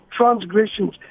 transgressions